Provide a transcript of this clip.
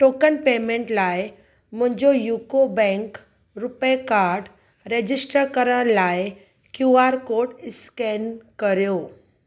token payment लाइ मुंहिंजो UCO bank RuPay card register करण लाइ क्यूआर कोड स्केन कयो